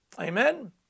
Amen